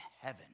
heaven